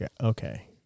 Okay